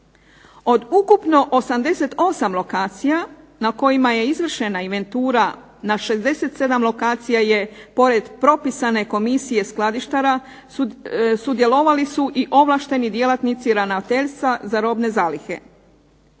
Od ukupno 88 lokacija na kojima je izvršena inventura, na 67 lokacija su pored propisane komisije skladištara sudjelovali i ovlašteni djelatnici ravnateljstva za robne zalihe.